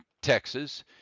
Texas